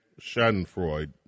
Schadenfreude